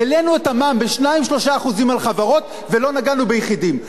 העלינו את המע"מ ב-2% 3% על חברות ולא נגענו ביחידים.